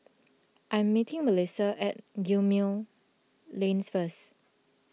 I am meeting Melissia at Gemmill Lane first